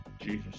Jesus